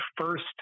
first